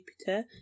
Jupiter